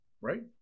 Right